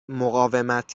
مقاومت